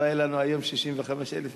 לא היו לנו היום 65,000 מסתננים?